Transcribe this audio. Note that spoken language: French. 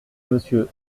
monsieur